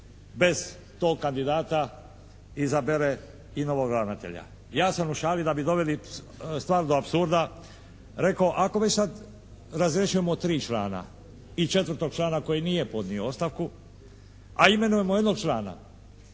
bez tog kandidata izabere i novog ravnatelja. Ja sam u šali da bi doveli stvar do apsurda rekao: «Ako mi sad razrješujemo tri člana i četvrtog člana koji nije podnio ostavku, a imenujemo jednog člana